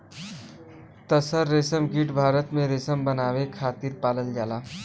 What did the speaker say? तसर रेशमकीट भारत में रेशम बनावे खातिर पालल जाला